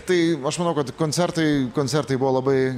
tai aš manau kad koncertai koncertai buvo labai